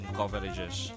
coverages